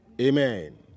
Amen